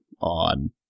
on